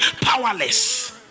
powerless